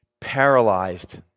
paralyzed